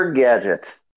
gadget